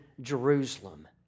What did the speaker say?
Jerusalem